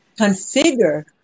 configure